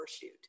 shoot